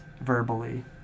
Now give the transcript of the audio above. verbally